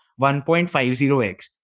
1.50x